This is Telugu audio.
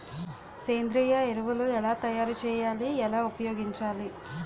సేంద్రీయ ఎరువులు ఎలా తయారు చేయాలి? ఎలా ఉపయోగించాలీ?